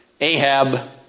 Ahab